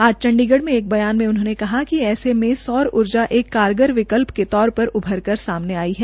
आज चंडीगढ़ में एक बयान में उन्होंने कहा कि ऐसे में सौर ऊर्जा एक कारगार विकल्प के तौर पर उभरकर सामने आई है